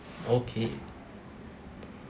okay